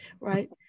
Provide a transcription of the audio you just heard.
Right